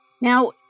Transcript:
Now